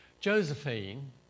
Josephine